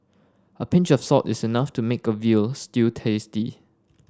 a pinch of salt is enough to make a veal stew tasty